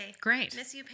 great